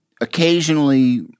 occasionally